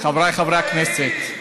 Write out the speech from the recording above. חבריי חברי הכנסת.